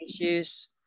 issues